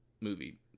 movie